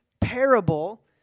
parable